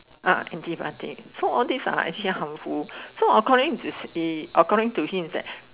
uh antibiotic so all this are actually harmful so according to he according to him is that